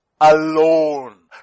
alone